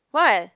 what